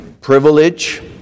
privilege